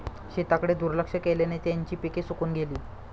शेताकडे दुर्लक्ष केल्याने त्यांची पिके सुकून गेली